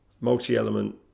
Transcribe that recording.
multi-element